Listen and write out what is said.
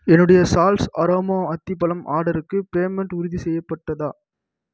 என்னுடைய சால்ஸ் அரோமா அத்திப்பழம் ஆர்டர்க்கு பேமெண்ட் உறுதிசெய்யப்பட்டதா